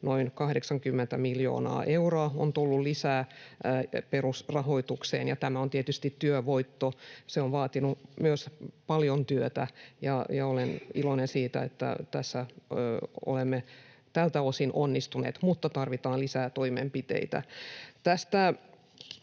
noin 80 miljoonaa euroa on tullut lisää perusrahoitukseen, ja tämä on tietysti työvoitto. Se on myös vaatinut paljon työtä, ja olen iloinen siitä, että olemme tältä osin onnistuneet, mutta tarvitaan lisää toimenpiteitä.